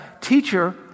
teacher